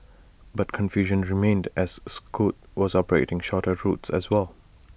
but confusion remained as scoot was operating shorter routes as well